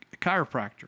chiropractor